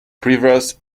previous